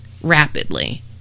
rapidly